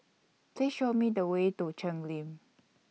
Please Show Me The Way to Cheng Lim